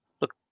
look